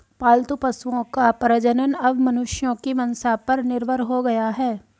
पालतू पशुओं का प्रजनन अब मनुष्यों की मंसा पर निर्भर हो गया है